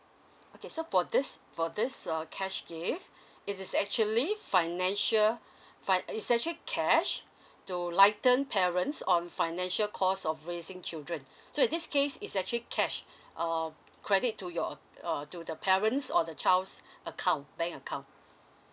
okay so for this for this uh cash gift it is actually financial fi~ is actually cash to lighten parents on financial cost of raising children so in this case is actually cash err credit to your err to the parents or the child's account bank account